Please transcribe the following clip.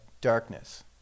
darkness